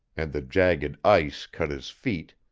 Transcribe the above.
and the jagged ice cut his feet,